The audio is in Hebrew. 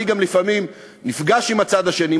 אני גם לפעמים נפגש עם הצד השני,